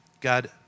God